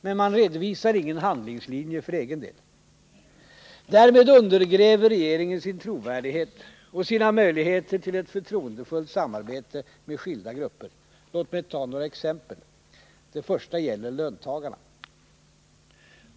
Men man redovisar ingen handlingslinje för egen del. Därmed undergräver regeringen sin trovärdighet och sina möjligheter till ett förtroendefullt samarbete med skilda grupper. Låt mig ta några exempel! Det första gäller löntagarna.